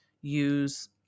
use